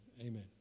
Amen